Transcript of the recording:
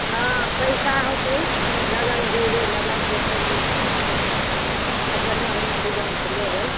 हँ पैसा होतै ओने लगन जैबे लगन देखै लै तऽ बढिऑं बढिऑं सा अब बढिऑं बढिऑं डिजाइनके लैबे